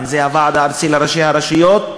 אם זה הוועד הארצי לראשי הרשויות,